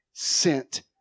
Sent